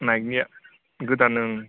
नाइकिनिया गोदान ओं